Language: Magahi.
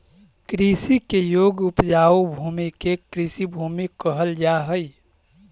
कृषि के योग्य उपजाऊ भूमि के कृषिभूमि कहल जा हई